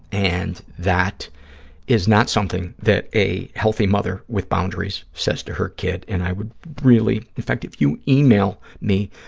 and that is not something that a healthy mother with boundaries says to her kid, and i would really, in fact, if you e-mail me,